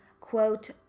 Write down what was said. quote